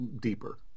deeper